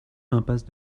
impasse